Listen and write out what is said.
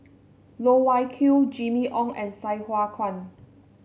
Loh Wai Kiew Jimmy Ong and Sai Hua Kuan